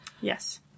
Yes